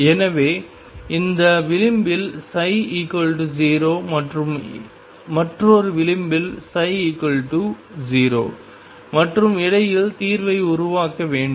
எனவே இந்த விளிம்பில் ψ 0 மற்றும் மற்றொரு விளிம்பில் ψ 0 மற்றும் இடையில் தீர்வை உருவாக்க வேண்டும்